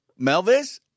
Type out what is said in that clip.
Melvis